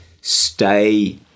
Stay